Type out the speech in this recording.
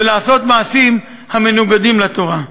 ולעשות מעשים המנוגדים לתורה.